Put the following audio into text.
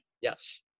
Yes